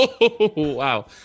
Wow